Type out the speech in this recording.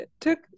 took